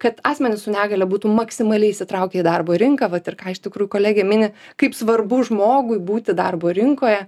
kad asmenys su negalia būtų maksimaliai įsitraukę į darbo rinką vat ir ką iš tikrųjų kolegė mini kaip svarbu žmogui būti darbo rinkoje